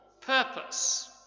purpose